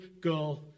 girl